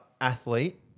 athlete